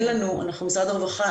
משרד הרווחה,